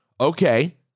okay